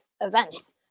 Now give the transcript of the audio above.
events